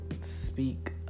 speak